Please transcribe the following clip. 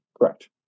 Correct